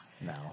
No